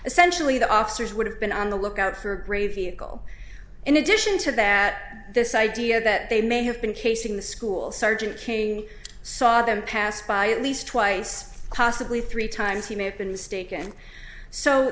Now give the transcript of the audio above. essentially the officers would have been on the lookout for a vehicle in addition to that this idea that they may have been casing the school sergeant cane saw them pass by at least twice possibly three times he may have been mistaken so